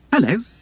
Hello